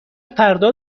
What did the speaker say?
فردا